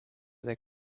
they